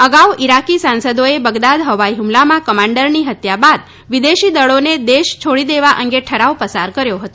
અગાઉ ઈરાકી સાંસદોએ બગદાદ હવાઈ ઠ્મલામાં કમાન્ડરની ત્યા બાદ વિદેશી દળોને દેશ છોડી દેવા અંગે ઠરાવ પસાર કર્યો હતો